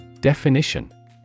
Definition